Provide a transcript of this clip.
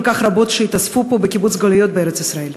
כך רבות שהתאספו פה בקיבוץ גלויות בארץ-ישראל.